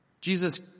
Jesus